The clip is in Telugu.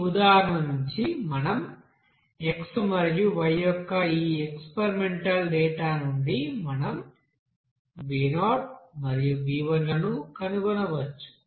ఈ ఉదాహరణ నుండి మనం x మరియు y యొక్క ఈ ఎక్స్పెరిమెంటల్ డేటా నుండి మనం b0 మరియు b1 లను కనుగొనవచ్చు